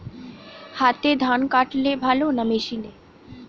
হাতে ধান কাটলে ভালো না মেশিনে?